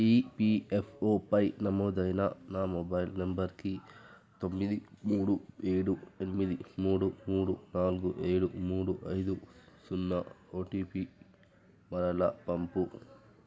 ఈపీఎఫ్ఓపై నమోదైన నా మొబైల్ నంబర్కి తొమ్మిది మూడు ఏడు ఎనిమిది మూడు మూడు నాలుగు ఏడు మూడు ఐదు సున్న ఓటీపీ మరలా పంపు